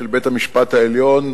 של בית-המשפט העליון,